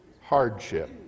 hardship